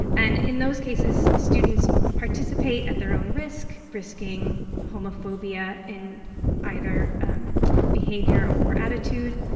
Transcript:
and in those cases, students participate at their own risk, risking homophobia in either um behavior or attitude,